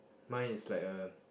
mine is like a